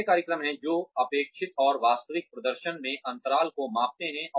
ऐसे कार्यक्रम हैं जो अपेक्षित और वास्तविक प्रदर्शन में अंतराल को माप सकते हैं